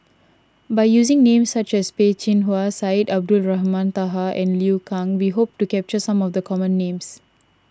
by using names such as Peh Chin Hua Syed Abdulrahman Taha and Liu Kang we hope to capture some of the common names